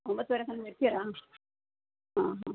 ಒಂಬತ್ತುವರೆ ತನಕ ಇರ್ತೀರಾ ಅಷ್ಟೇಯ ಹಾಂ ಹಾಂ